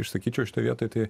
išsakyčiau šitoje vietoj tai